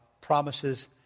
promises